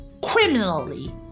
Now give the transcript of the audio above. criminally